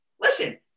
Listen